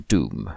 Doom